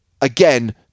again